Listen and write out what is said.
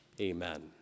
Amen